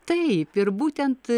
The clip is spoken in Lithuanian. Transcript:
taip ir būtent